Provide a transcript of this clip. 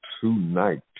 tonight